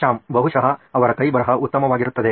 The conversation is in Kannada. ಶ್ಯಾಮ್ ಬಹುಶಃ ಅವರ ಕೈಬರಹ ಉತ್ತಮವಾಗಿರುತ್ತದೆ